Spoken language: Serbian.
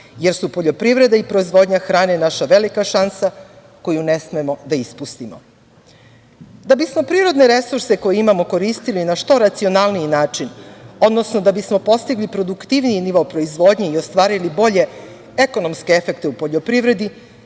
jer su poljoprivreda i proizvodnja hrane naša velika šansa koju ne smemo da ispustimo. Da bi smo prirodne resurse, koje imamo, koristili na što racionalniji način, odnosno da bismo postigli produktivniji nivo proizvodnje i ostvarili bolje ekonomske efekte u poljoprivredi,